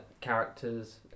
Characters